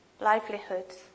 livelihoods